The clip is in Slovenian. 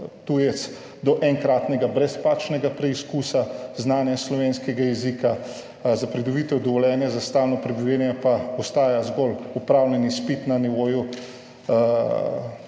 do enkratnega brezplačnega preizkusa znanja slovenskega jezika, za pridobitev dovoljenja za stalno prebivanje pa ostaja zgolj opravljen izpit na nivoju